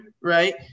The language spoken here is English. right